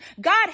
God